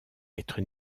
être